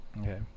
Okay